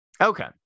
okay